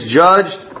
judged